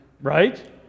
Right